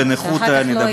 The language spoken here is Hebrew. שאחר כך לא יהיה,